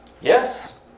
Yes